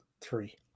Three